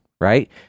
right